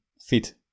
fit